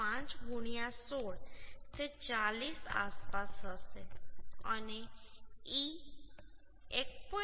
5 16 તે 40 આસપાસ હશે અને e 1